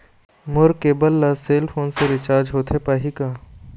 मोर cable ला cell phone से recharge होथे पाही का?